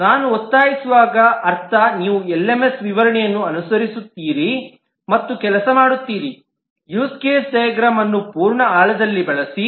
ನಾನು ಒತ್ತಾಯಿಸುವಾಗ ಅರ್ಥ ನೀವು ಎಲ್ಎಂಎಸ್ ವಿವರಣೆಯನ್ನು ಅನುಸರಿಸುತ್ತೀರಿ ಮತ್ತು ಕೆಲಸ ಮಾಡುತ್ತೀರಿ ಯೂಸ್ ಕೇಸ್ ಡೈಗ್ರಾಮ್ವನ್ನು ಪೂರ್ಣ ಆಳದಲ್ಲಿ ಬಳಸಿ